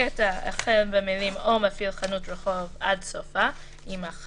הקטע החל במילים "או מפעיל חנות רחוב" עד סופה יימחק.